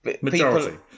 Majority